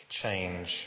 change